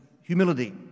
humility